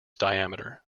diameter